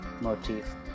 motif